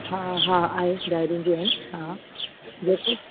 हा हा आहे डायरियूं बि आहिनि हा बिल्कुलु